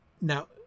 Now